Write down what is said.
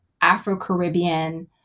Afro-Caribbean